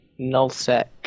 Nullsec